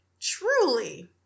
truly